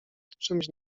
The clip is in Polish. czymś